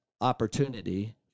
opportunity